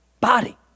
Body